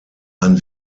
ein